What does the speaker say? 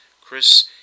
chris